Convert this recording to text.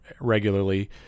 regularly